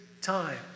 time